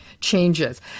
changes